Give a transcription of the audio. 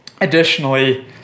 Additionally